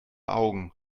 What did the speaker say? augen